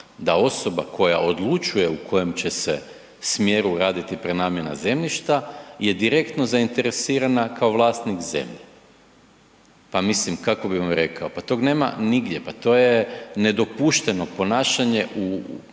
da osoba koja odlučuje u kojem će smjeru raditi prenamjena zemljišta je direktno zainteresirana kao vlasnik zemlje. Pa mislim kako bi vam rekao, pa tog nema nigdje, pa to je nedopušteno ponašanje, čak